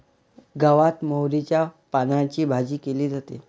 गावात मोहरीच्या पानांची भाजी केली जाते